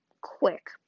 quick